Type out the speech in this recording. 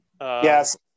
yes